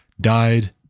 died